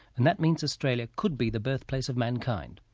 and that means australia could be the birthplace of mankind.